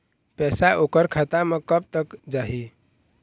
पैसा ओकर खाता म कब तक जाही?